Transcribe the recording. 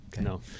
No